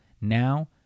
Now